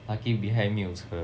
lucky behind 没有车 ah